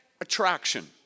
attraction